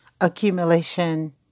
accumulation